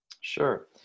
Sure